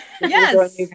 Yes